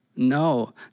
No